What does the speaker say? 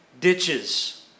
ditches